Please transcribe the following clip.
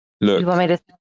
Look